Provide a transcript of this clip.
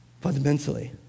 Fundamentally